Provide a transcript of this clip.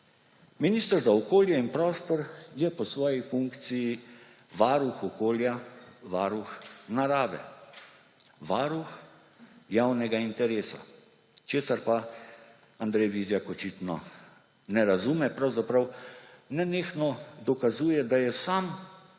Minister za okolje in prostor je po svoji funkciji varuh okolja, varuh narave. Varuh javnega interesa. Česar pa Andrej Vizjak očino ne razume. Pravzaprav nenehno dokazuje, da je sam